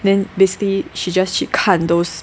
then basically she just 去看 those